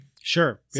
Sure